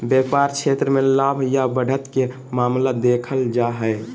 व्यापार क्षेत्र मे लाभ या बढ़त के मामला देखल जा हय